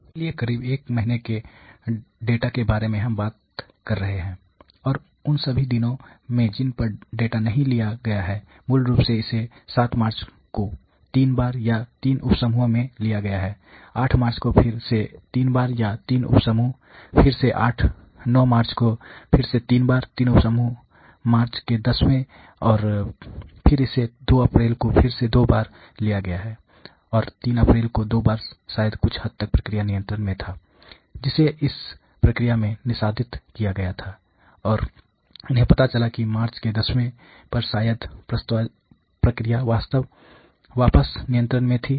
इसलिए करीब एक महीने के डेटा के बारे में हम बात कर रहे हैं और उन सभी दिनों में जिन पर डेटा नहीं लिया गया है मूल रूप से इसे 7 मार्च को 3 बार या 3 उप समूहों में लिया गया है 8 मार्च को फिर से 3 बार या 3 उप समूह फिर से 9 मार्च को फिर से 3 बार 3 उप समूह मार्च के 10 वें और फिर इसे 2 अप्रैल को फिर से 2 बार लिया गया है और 3 अप्रैल को 2 बार शायद कुछ हद तक प्रक्रिया नियंत्रण में था जिसे इस प्रक्रिया में निष्पादित किया गया था और उन्हें पता चला कि मार्च के दसवें पर शायद प्रक्रिया वापस नियंत्रण में थी